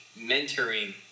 mentoring